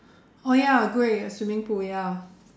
oh ya great a swimming pool ya